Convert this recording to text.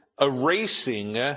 erasing